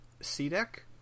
C-Deck